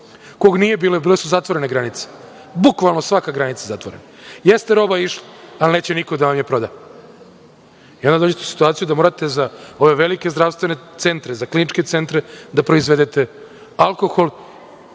kog nije bilo, jer bile su zatvorene granice, bukvalno svaka granica zatvorena. Jeste roba išla, ali neće niko da vam je proda. Onda dođete u situaciju da morate za ove velike zdravstvene centre, za kliničke centre da proizvedete alkohol.